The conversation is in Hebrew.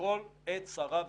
לכל עת צרה וצוקה.